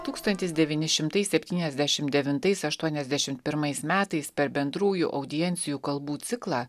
tūkstantis devyni šimtai septyniasdešimt devintais aštuoniasdešimt pirmais metais per bendrųjų audiencijų kalbų ciklą